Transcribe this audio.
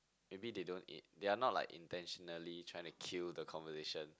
maybe they don't i~ they are not like intentionally trying to kill the conversation